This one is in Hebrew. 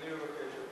אני מבקש.